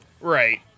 Right